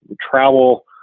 travel